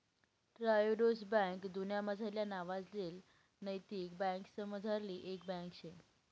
Triodos bank दुन्यामझारल्या नावाजेल नैतिक बँकासमझारली एक बँक शे